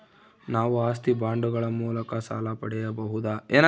ನಾವು ಆಸ್ತಿ ಬಾಂಡುಗಳ ಮೂಲಕ ಸಾಲ ಪಡೆಯಬಹುದಾ?